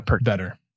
Better